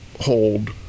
hold